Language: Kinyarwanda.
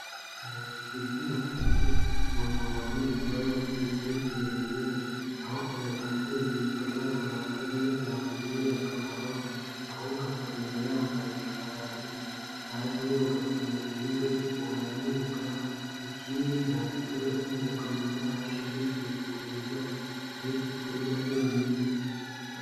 Umuntu twita umusazi ni umuntu wagize ikibazo cy'imitekerereze aho adatekereza ibikorwa runaka byiza byamugirira akamaro, ahubwo akagenda yambaye ishwabari, ntajya yoga ku mubiri we uhora anuka, ikindi nta gikorwa cy'ingirakamaro yabasha kwitekerereza uretse kurya byonyine.